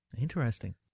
Interesting